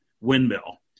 windmill